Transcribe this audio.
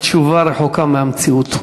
התשובה רחוקה מהמציאות,